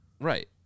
right